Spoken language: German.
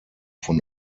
von